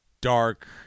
dark